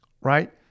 right